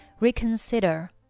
reconsider